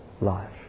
life